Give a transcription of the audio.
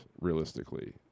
Realistically